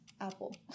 apple